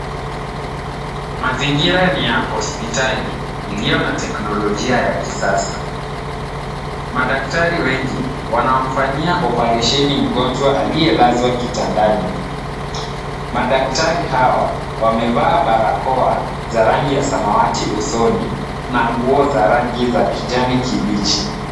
Mazingira ni ya hospitali iliyo na teknolojia ya kisasa. Madaktari wengi wanamfanyia oparesheni mgonjwa aliyelazwa kitandani. Madaktari hawa wamevaa barakoa za rangi ya samawati usoni na nguo za rangi za kijani kibichi.